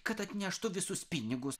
kad atneštų visus pinigus